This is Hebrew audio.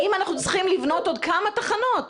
האם אנחנו צריכים לבנות עוד כמה תחנות?